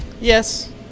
Yes